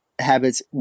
Habits